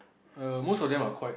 err most of them are quite